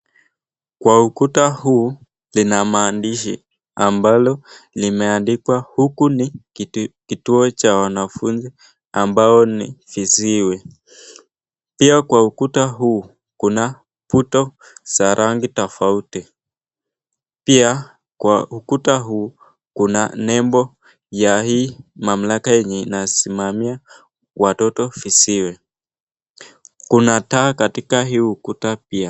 Kwa ukuta huu lina maandishi ambalo limeandikwa huku ni kituo cha wanafunzi ambao ni viziwi. Pia kwa ukuta huu kuna puto za rangi tofauti . Pia kwa ukuta huu kuna nembo ya hii mamlaka yenye inasimamia watoto viziwi. Kuna taa katika hii ukuta pia .